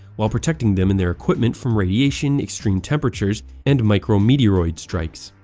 while protecting them and their equipment from radiation, extreme temperatures, and micrometeoroid strikes.